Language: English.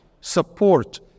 Support